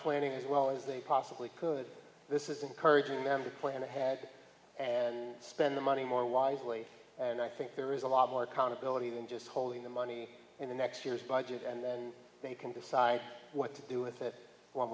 planning as well as they possibly could this is encouraging them to plan ahead and spend the money more wisely and i think there is a lot more accountability than just holding the money in the next year's budget and then they can decide what to do with it one